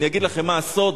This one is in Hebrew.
אני אגיד לכם מה הסוד?